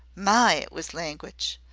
my! it was langwich!